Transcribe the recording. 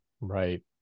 right